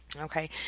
Okay